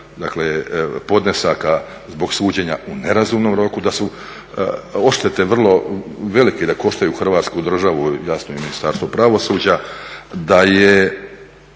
dakle podnesaka zbog suđenja u nerazumnom roku, da su oštete vrlo velike, da koštaju Hrvatsku državu, jasno i Ministarstvo pravosuđa, da je